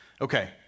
Okay